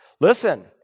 listen